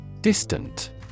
Distant